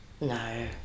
No